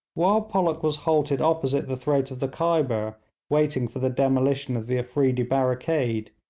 while pollock was halted opposite the throat of the khyber waiting for the demolition of the afreedi barricade,